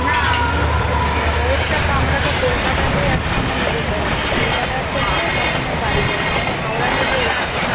না আমি হচ্ছে ওয়েটটা তো আমরা তো কলকাতাতেই এক সঙ্গে মিলিত হবো কলকাতা থেকে তখন আর বাড়ি যাবো না আমি হাওড়া থেকে উঠবো